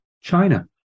China